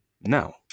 now